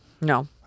No